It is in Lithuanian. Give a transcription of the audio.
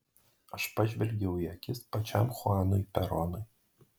aš pažvelgiau į akis pačiam chuanui peronui